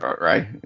Right